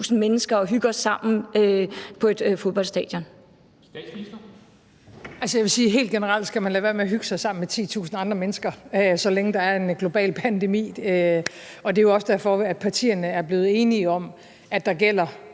Kl. 13:34 Statsministeren (Mette Frederiksen): Altså, jeg vil sige helt generelt, at man skal lade være med at hygge sig sammen 10.000 mennesker, så længe der er en global pandemi, og det er jo også derfor, at partierne er blevet enige om, at der gælder